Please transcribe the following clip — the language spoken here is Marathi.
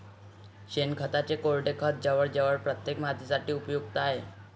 शेणखताचे कोरडे खत जवळजवळ प्रत्येक मातीसाठी उपयुक्त आहे